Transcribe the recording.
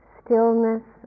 stillness